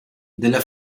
della